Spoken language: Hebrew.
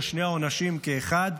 או שני העונשים כאחד.